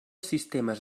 sistemes